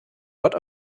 lot